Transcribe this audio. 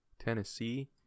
tennessee